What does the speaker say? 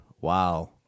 Wow